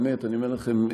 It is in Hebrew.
באמת, אני אומר לכם,